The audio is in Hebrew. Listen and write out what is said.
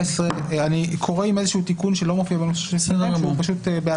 ואני רוצה להציע שהניסוח כאן יהיה שדרך המלך היא שדיון